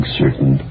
certain